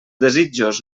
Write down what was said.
desitjos